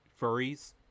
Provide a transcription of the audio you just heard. furries